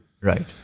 Right